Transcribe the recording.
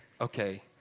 Okay